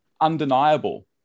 undeniable